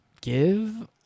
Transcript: give